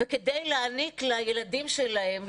כדי להעניק לילדים שלהם,